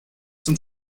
zum